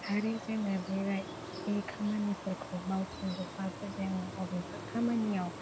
आरो जोङो बे बाय बे खामानिफोरखौ मावफुं जोब्बाबो जोङो अबेबा खामानियाव